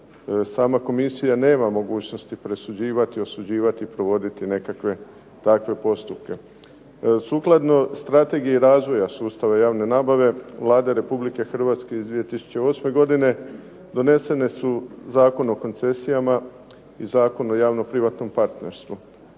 Sama komisija nema mogućnosti presuđivati, osuđivati i provoditi nekakve takve postupke. Sukladno strategiji razvoja sustava javne nabave Vlade Republike Hrvatske iz 2008. godine doneseni su Zakon o koncesijama i Zakon o javno-privatnom partnerstvu.